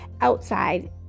outside